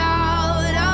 out